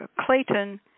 Clayton